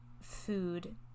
food